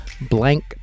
Blank